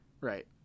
Right